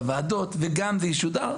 בוועדות וגם זה ישודר,